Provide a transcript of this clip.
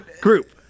group